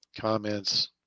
comments